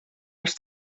els